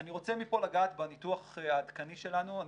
אני רוצה מפה לגעת בניתוח העדכני שלנו.